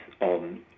on